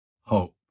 hope